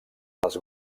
les